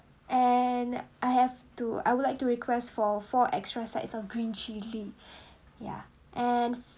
and I have to I would like to request for four extra sides of green chili yeah and